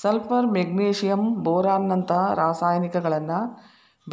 sulphur magnesium boron ನಂತ ರಸಾಯನಿಕಗಳನ್ನ